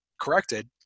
corrected